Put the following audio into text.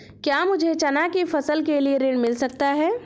क्या मुझे चना की फसल के लिए ऋण मिल सकता है?